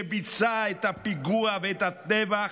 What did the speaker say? שביצע את הפיגוע ואת הטבח